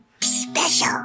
Special